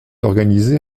organisée